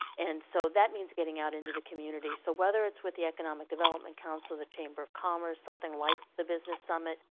and so that means getting out into the community. so whether it's with the economic development council, the chamber of commerce, something like the business summit,